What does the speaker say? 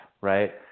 right